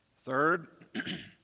third